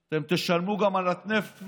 אתם תשלמו גם על הנטפליקס,